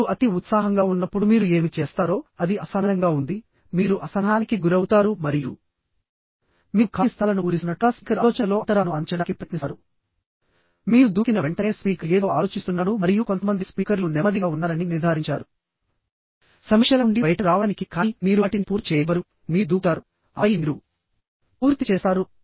మీరు అతి ఉత్సాహంగా ఉన్నప్పుడు మీరు ఏమి చేస్తారో అది అసహనంగా ఉంది మీరు అసహనానికి గురవుతారు మరియు మీరు ఖాళీ స్థలాలను పూరిస్తున్నట్లుగా స్పీకర్ ఆలోచనలలో అంతరాలను అందించడానికి ప్రయత్నిస్తారు మీరు దూకిన వెంటనే స్పీకర్ ఏదో ఆలోచిస్తున్నాడు మరియు కొంతమంది స్పీకర్లు నెమ్మదిగా ఉన్నారని నిర్ధారించారు సమీక్షల నుండి బయటకు రావడానికి కానీ మీరు వాటిని పూర్తి చేయనివ్వరు మీరు దూకుతారు ఆపై మీరు పూర్తి చేస్తారు